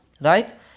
Right